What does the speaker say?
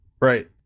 Right